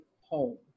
home